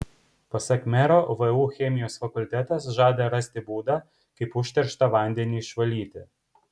pasak mero vu chemijos fakultetas žada rasti būdą kaip užterštą vandenį išvalyti